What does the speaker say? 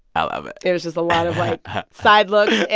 i love it it was just a lot of, like, side looks.